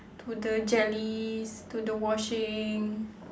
to the jellies to the washing